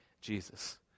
Jesus